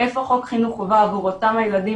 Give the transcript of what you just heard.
איפה חוק חינוך חובה עבור אותם הילדים